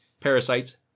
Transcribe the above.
parasites